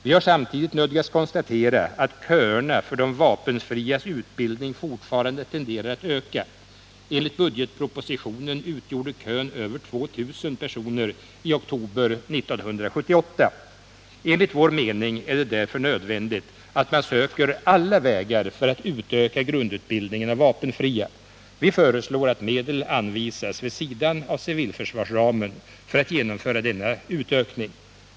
Vi har samtidigt nödgats konstatera att köerna för de vapenfrias utbildning fortfarande tenderar att öka. Enligt budgetpropositionen utgjorde kön över 2000 personer i oktober 1978. Enligt vår mening är det därför nödvändigt att man söker alla vägar för att utöka grundutbildningen av vapenfria. Vi föreslår att medel anvisas, vid sidan av civilförsvarsramen, för att genomföra denna utökning.